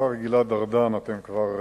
השר גלעד ארדן, אתם כבר